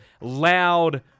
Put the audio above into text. loud